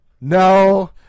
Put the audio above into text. No